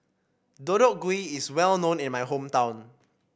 Deodeok Gui is well known in my hometown